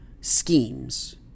schemes